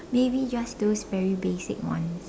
maybe just those very basic one